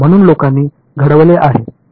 म्हणून लोकांनी घडवले आहे